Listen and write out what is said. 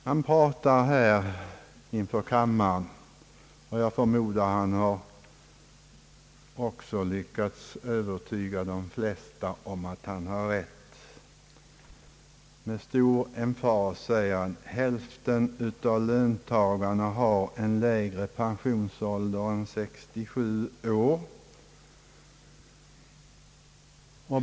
Jag tror att han har lyckats övertyga de flesta av oss att han har rätt i det han har anfört från denna talarstol. Med stor emfas säger han att hälften av löntagarna har en lägre pensionsålder än 67 år.